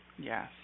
Yes